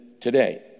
today